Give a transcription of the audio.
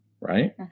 right